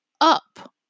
up